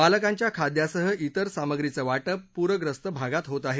बालकांच्या खाद्यासह इतर सामग्रीचं वाटप पूरग्रस्त भागात होत आहे